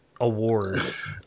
awards